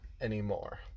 anymore